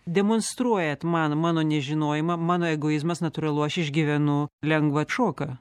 demonstruojat man mano nežinojimą mano egoizmas natūralu aš išgyvenu lengvą atšoką